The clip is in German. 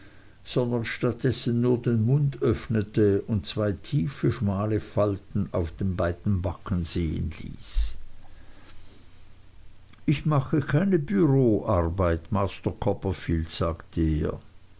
sondern statt dessen nur den mund öffnete und zwei tiefe schmale falten auf den beiden backen sehen ließ ich mache keine bureauarbeit master copperfield sagte er